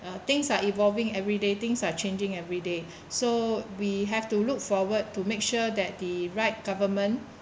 uh things are evolving everyday things are changing every day so we have to look forward to make sure that the right government